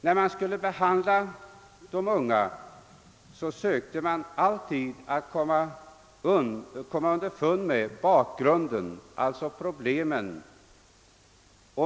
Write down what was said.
När man skulle behandla de unga sökte man alltid komma underfund med bakgrunden, alltså problemen.